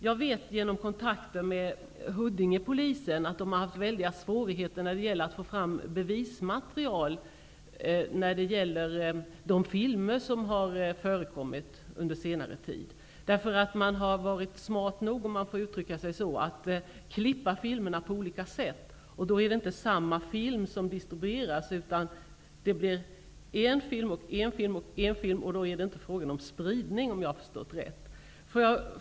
Jag vet genom kontakter med Huddingepolisen att de har haft stora svårigheter att få fram bevismaterial, när det gäller de filmer som har förekommit under senare tid. Man har varit smart nog -- om jag får uttrycka mig så -- att klippa filmerna på olika sätt. Då är det inte samma film som distribueras. Varje film räknas som enstaka, och då är det inte frågan om spridning, om jag har förstått saken rätt.